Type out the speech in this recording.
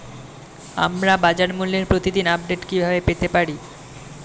আমরা বাজারমূল্যের প্রতিদিন আপডেট কিভাবে পেতে পারি?